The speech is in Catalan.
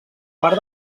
part